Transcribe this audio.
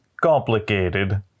complicated